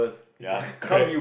ya correct